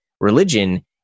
religion